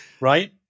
right